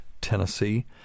Tennessee